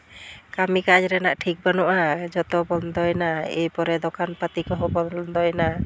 ᱠᱟᱹᱢᱤ ᱠᱟᱡᱽ ᱨᱮᱱᱟᱜ ᱴᱷᱤᱠ ᱵᱟᱹᱱᱩᱜᱼᱟ ᱡᱷᱚᱛᱚ ᱵᱚᱱᱫᱚᱭᱮᱱᱟ ᱮᱨᱯᱚᱨᱮ ᱫᱚᱠᱟᱱ ᱯᱟᱹᱛᱤ ᱠᱚᱦᱚᱸ ᱵᱚᱱᱫᱚᱭᱮᱱᱟ